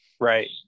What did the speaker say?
Right